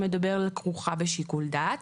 שמדבר על פעולה שכרוכה בשיקול דעת.